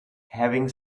having